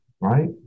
Right